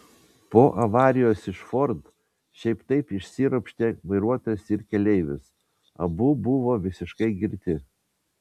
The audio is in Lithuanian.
po avarijos iš ford šiaip taip išsiropštė vairuotojas ir keleivis abu buvo visiškai girti